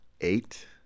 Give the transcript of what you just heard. eight